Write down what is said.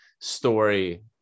story